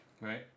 Right